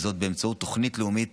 באמצעות תוכנית לאומית